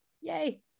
Yay